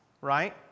Right